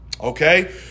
Okay